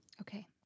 Okay